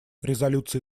резолюции